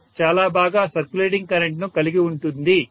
ఇది చాలా బాగా సర్క్యులేటింగ్ కరెంట్ ను కలిగి ఉంటుంది